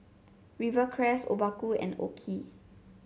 Rivercrest Obaku and OKI